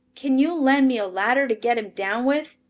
can you lend me a ladder to get him down with?